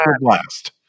blast